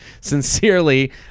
Sincerely